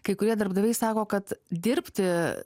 kai kurie darbdaviai sako kad dirbti